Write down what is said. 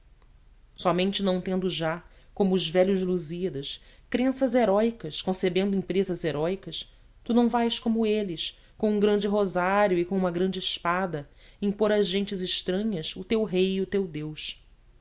somente não tendo já como os velhos lusíadas crenças heróicas concebendo empresas heróicas tu não vais como eles com um grande rosário e com uma grande espada impor às gentes estranhas o teu rei e o teu deus